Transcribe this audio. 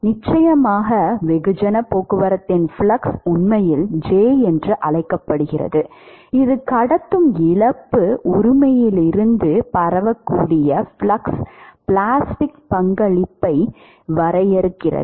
நிச்சயமாக வெகுஜனப் போக்குவரத்தின் ஃப்ளக்ஸ் உண்மையில் J என அழைக்கப்பட்டது இது கடத்தும் இழப்பு உரிமையிலிருந்து பரவக்கூடிய ஃப்ளக்ஸ் பிளாஸ்டிக் பங்களிப்பாக வரையறுக்கப்படுகிறது